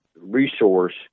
resource